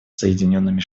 соединенными